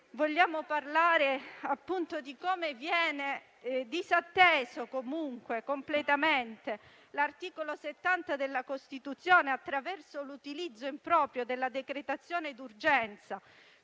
Vogliamo parlare appunto di come viene disatteso completamente l'articolo 70 della Costituzione attraverso l'utilizzo improprio della decretazione d'urgenza?